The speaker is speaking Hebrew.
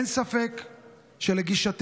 אין ספק שלגישתנו,